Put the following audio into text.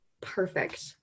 perfect